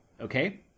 okay